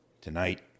Tonight